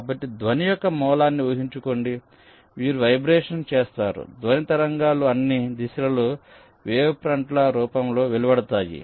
కాబట్టి ధ్వని యొక్క మూలాన్ని ఊహించుకోండి మీరు వైబ్రేషన్ చేస్తారు ధ్వని తరంగాలు అన్ని దిశలలో వేవ్ ఫ్రంట్ల రూపంలో వెలువడతాయి